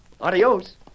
Adios